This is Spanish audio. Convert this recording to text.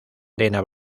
arena